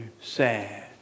sad